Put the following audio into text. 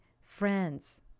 friends